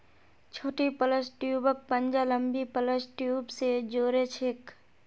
छोटी प्लस ट्यूबक पंजा लंबी प्लस ट्यूब स जो र छेक